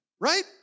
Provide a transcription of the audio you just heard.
right